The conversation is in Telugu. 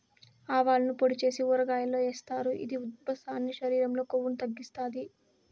ఆవాలను పొడి చేసి ఊరగాయల్లో ఏస్తారు, ఇది ఉబ్బసాన్ని, శరీరం లో కొవ్వును తగ్గిత్తాది